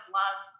love